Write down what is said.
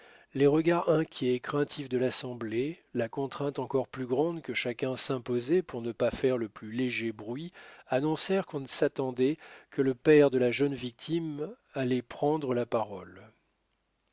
les regards inquiets et craintifs de l'assemblée la contrainte encore plus grande que chacun s'imposait pour ne pas faire le plus léger bruit annoncèrent qu'on s'attendait que le père de la jeune victime allait prendre la parole